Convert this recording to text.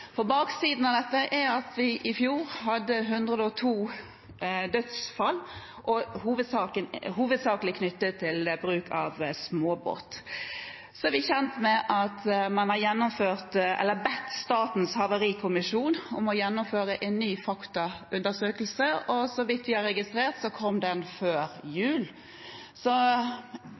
For baksiden av dette er at vi i fjor hadde 102 dødsfall, hovedsakelig knyttet til bruk av småbåt. Så er vi kjent med at man har bedt Statens havarikommisjon om å gjennomføre en ny faktaundersøkelse, og så vidt vi har registrert, kom den før jul.